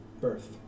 birth